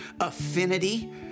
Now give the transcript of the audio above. affinity